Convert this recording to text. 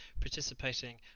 participating